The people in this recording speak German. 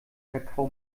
kakao